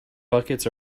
buckets